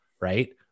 right